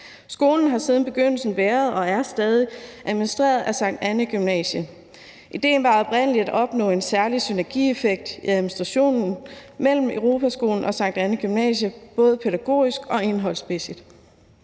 Skolen har siden begyndelsen været og er stadig administreret af Sankt Annæ Gymnasium. Idéen var oprindelig at opnå en særlig synergieffekt i administrationen mellem Europaskolen og Sankt Annæ Gymnasium, både pædagogisk og indholdsmæssigt.